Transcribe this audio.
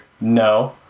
no